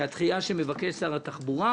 אנחנו מבקשים את הדחייה שמבקש שר התחבורה